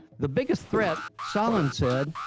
the biggest threat, stalin said,